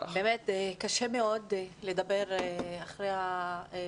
קשה מאוד לדבר אחרי הדברים שלך.